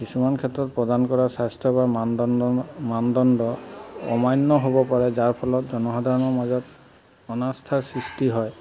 কিছুমান ক্ষেত্ৰত প্ৰদান কৰা স্বাস্থ্যসেৱা মানদণ্ড মানদণ্ড অমান্য হ'ব পাৰে যাৰ ফলত জনসাধাৰণৰ মাজত অনাস্থাৰ সৃষ্টি হয়